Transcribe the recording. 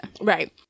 Right